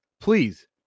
please